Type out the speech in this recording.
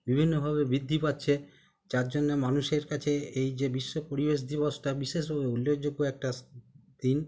বিভিন্নভাবে বৃদ্ধি পাচ্ছে যার জন্য মানুষের কাছে এই যে বিশ্ব পরিবেশ দিবসটা বিশেষভাবে উল্লেখযোগ্য একটা স দিন